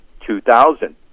2000